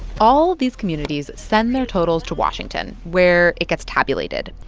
all these communities send their totals to washington, where it gets tabulated.